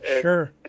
Sure